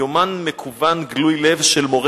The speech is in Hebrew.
יומן מקוון גלוי לב של מורה,